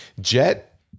Jet